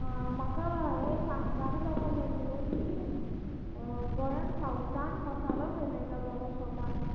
आ म्हाका हे सांग जाणा जावपाक जाय आशिल्ले की गोंयान सावथान मसालो खंय मेळटा बरो शॉपार